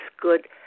good